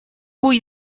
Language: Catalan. vull